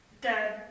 Dead